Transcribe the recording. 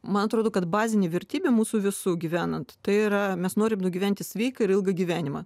man atrodo kad bazinė vertybė mūsų visų gyvenant tai yra mes norim nugyventi sveiką ir ilgą gyvenimą